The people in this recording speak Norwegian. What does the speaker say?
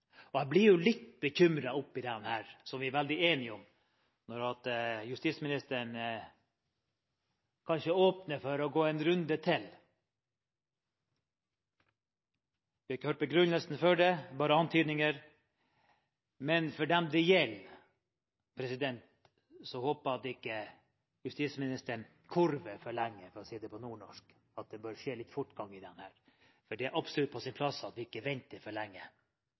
haster. Jeg blir litt bekymret oppe i dette, som vi er veldig enige om, når justisministeren åpner for kanskje å gå en runde til. Vi fikk ikke høre begrunnelsen for det, bare antydninger, men for dem det gjelder, håper jeg at ikke justisministeren «korver» for lenge, for å si det på nordnorsk, og at en bør få litt fortgang i dette. For det er absolutt på sin plass at vi ikke venter for lenge.